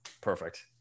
perfect